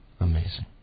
Amazing